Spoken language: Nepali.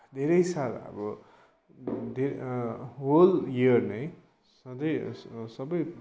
धेरै साह्रो अब धे होल इयर नै सधैँ सबै